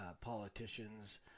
politicians